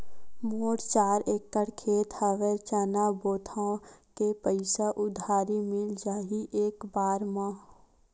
मोर चार एकड़ खेत हवे चना बोथव के पईसा उधारी मिल जाही एक बार मा?